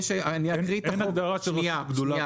שנייה,